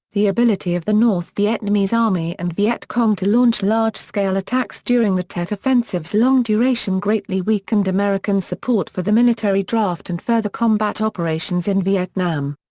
the ability of the north vietnamese army and viet cong to launch large scale attacks during the tet offensive's long duration greatly weakened american support for the military draft and further combat operations in vietnam.